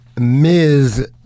Ms